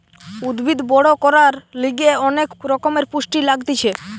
উদ্ভিদ বড় করার লিগে অনেক রকমের পুষ্টি লাগতিছে